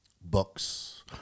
books